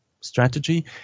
strategy